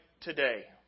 today